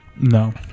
No